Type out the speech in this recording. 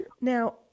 Now